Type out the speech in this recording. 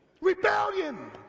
Rebellion